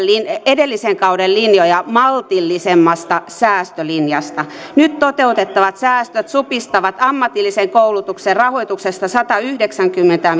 edellisen kauden linjoja maltillisemmasta säästölinjasta nyt toteutettavat säästöt supistavat ammatillisen koulutuksen rahoituksesta satayhdeksänkymmentä